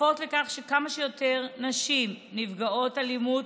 ודוחפות לכך שכמה שיותר נשים נפגעות אלימות